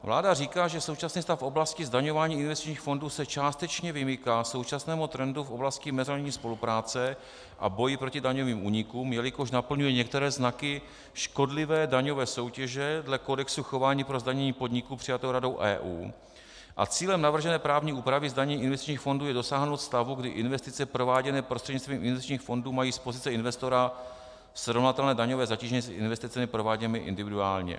Vláda říká, že současný stav v oblasti zdaňování investičních fondů se částečně vymyká současnému trendu v oblasti mezinárodní spolupráce a boji proti daňovým únikům, jelikož naplňuje některé znaky škodlivé daňové soutěže dle kodexu chování pro zdanění podniků přijatého Radou EU, a cílem navržené právní úpravy zdanění investičních fondů je dosáhnout stavu, kdy investice prováděné prostřednictvím investičních fondů mají z pozice investora srovnatelné daňové zatížení s investicemi prováděnými individuálně.